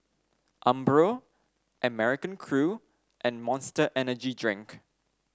Umbro American Crew and Monster Energy Drink